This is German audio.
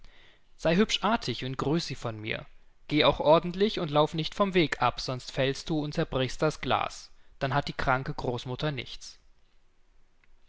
sey hübsch artig und grüß sie von mir geh auch ordentlich und lauf nicht vom weg ab sonst fällst du und zerbrichst das glas dann hat die kranke großmutter nichts